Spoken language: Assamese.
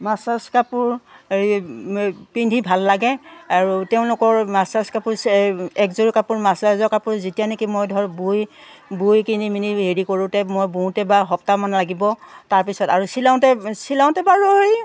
মাছ চাছ কাপোৰ হেৰি পিন্ধি ভাল লাগে আৰু তেওঁলোকৰ মাছ চাছ কাপোৰ একযোৰ কাপোৰ মাছৰাযৰ কাপোৰ যেতিয়া নেকি মই ধৰক বুই বুই কিনি মিনি হেৰি কৰোঁতে মই বুওঁতে বা সপ্তাহমান লাগিব তাৰপিছত আৰু চিলাওঁতে চিলাওঁতে বাৰু হেৰি